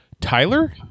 Tyler